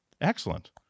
excellent